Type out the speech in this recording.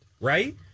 right